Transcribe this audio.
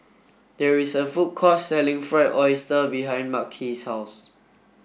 there is a food court selling fried oyster behind Makhi's house